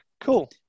cool